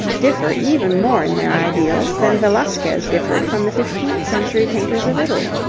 differ even more in their ideals than velasquez differed from the fifteenth-century painters of italy.